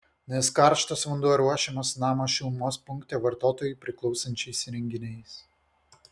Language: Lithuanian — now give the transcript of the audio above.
nes karštas vanduo ruošiamas namo šilumos punkte vartotojui priklausančiais įrenginiais